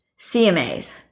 CMAs